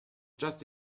just